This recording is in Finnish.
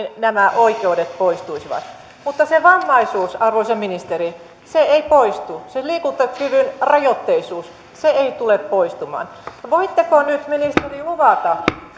nämä oikeudet poistuisivat mutta se vammaisuus arvoisa ministeri ei poistu se liikuntakyvyn rajoittuneisuus ei tule poistumaan voitteko nyt ministeri luvata